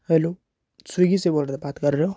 hello Swiggy से बोल रहे बात कर रहे हो